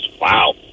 wow